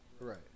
Right